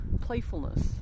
playfulness